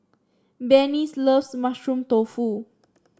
Benny's loves Mushroom Tofu